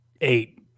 eight